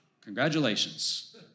Congratulations